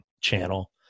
channel